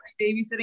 babysitting